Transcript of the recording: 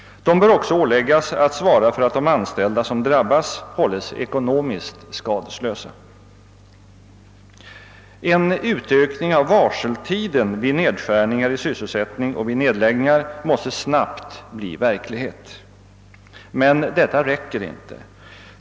De bör också förpliktas att svara för att de anställda som drabbas hålles ekonomiskt skadeslösa. En utökning av varseltiden vid nedskärningar i sysselsättningen och vid nedläggningar måste snabbt bli verklighet. Men detta räcker inte.